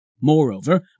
Moreover